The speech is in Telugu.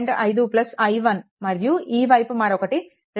5 i1 మరియు ఈ వైపు మరొకటి 2